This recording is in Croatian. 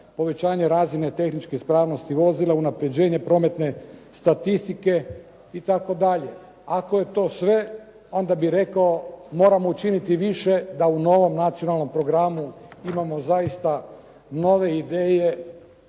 povećanje razine tehničke ispravnosti vozila, unapređenje prometne statistike itd. Ako je to sve onda bi rekao moramo učiniti više da u novom nacionalnom programu imamo zaista nove ideje